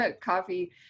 coffee